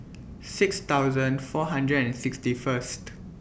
six thousand four hundred and sixty First